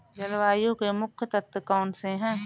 जलवायु के मुख्य तत्व कौनसे हैं?